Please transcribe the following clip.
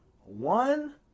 One